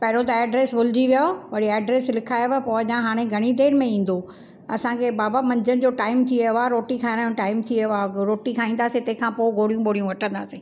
पहिरियों त ऐड्रेस भुलिजी वियो वरी ऐड्रेस लिखायांव पोइ अञा हाणे घणी देरि में ईंदो असांखे बाबा मंझंदि जो टाइम थी वियो आहे रोटी खाइण जो टाइम थी वियो आहे रोटी खाईंदासीं तंहिंखां पोइ गोरियूं बोरियूं वठंदासीं